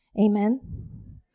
Amen